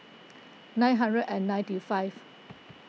nine hundred and ninety five